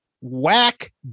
whack